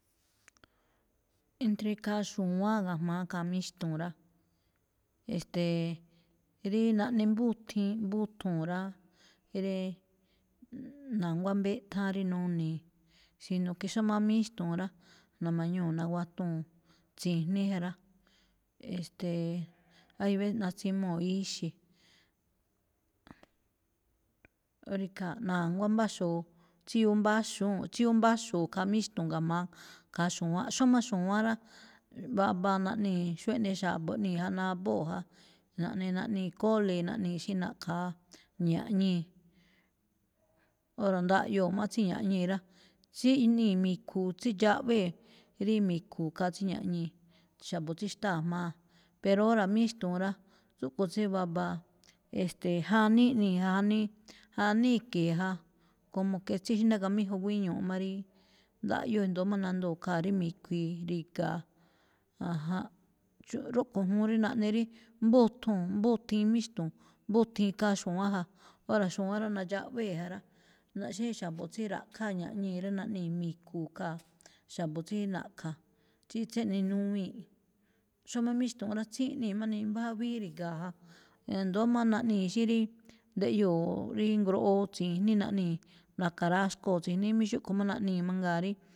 Entre ikhaa xu̱wa̱án ga̱jma̱á khaa míxtu̱u̱n rá, e̱ste̱e̱, rí naꞌne mbúthiin mbúthuu̱n rá, ree na̱nguá mbéꞌtháán rí nuni̱i̱, sino que xámá míxtu̱u̱n rá, na̱ma̱ñuu̱ naguatuu̱n tsi̱jní ja rá, e̱ste̱e̱, hay veces natsimuu̱ ixi̱ rí ikhaa̱, na̱nguá mbáxu̱u̱ꞌ, tsíyoo mbáxúu̱nꞌ, tsíyoo mbáxu̱u̱ꞌ khaa míxtu̱u̱n ga̱jma̱á khaa xu̱wa̱ánꞌ. Xómáꞌ xu̱wa̱ánꞌ rá, baba naꞌnii̱ xóo eꞌne xa̱bo̱ iꞌnii̱ ja, nabóo̱ ja, naꞌni naꞌnii̱ kólée̱ naꞌnii̱, xí na̱ꞌkha̱a ña̱ꞌñii̱. Óra̱ ndaꞌyoo̱ má tsí ña̱ꞌñii̱ rá, tsíꞌnii̱ mi̱khu̱u̱, tsídxaꞌvée̱ rí mi̱khu̱u̱ khaa tsí ñaꞌñii̱, xa̱bo̱ tsí xtáa̱ jmáa̱. Pero óra̱ míxtu̱u̱n rá, tsúꞌkho̱ tsí babaa, e̱ste̱e̱ janíí ꞌnii̱ ja- janíí, janíí i̱ke̱e̱ ja. Como que tsíxnágaméjuu̱n guíñuu̱ má rí ndaꞌyóo, i̱ndo̱ó má nandoo̱ khaa̱ ri̱ mi̱khui̱i̱ ri̱ga̱a̱. Ajánꞌ, xúꞌ-rúꞌkho̱ juun rí naꞌne mbúthuu̱n, mbúthiin míxtu̱u̱n, mbúthiin khaa xu̱wa̱ánꞌ ja. Óra̱ xu̱wán rá, nadxaꞌwée̱ ja rá, na- xí xa̱bo̱ tsí ra̱ꞌkháa ña̱ꞌñee̱ rá, naꞌnii̱ mi̱khu̱u̱ khaa̱, xa̱bo̱ tsí na̱ꞌkha̱, tsí tséꞌne nuwii̱nꞌ. Xómáꞌ míxtu̱u̱n rá, tsíꞌnii̱ má nimbá ja, víí ri̱ga̱a̱ ja, e̱ndo̱ó maꞌ naꞌnii̱ xí rí ndeꞌyoo̱ rí ngroꞌoo tsi̱jní naꞌnii̱ na̱ka̱raxkoo̱ tsi̱jní, mí xúꞌkho̱ máꞌ naꞌnii̱ mangaa̱ rí.